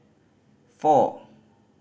four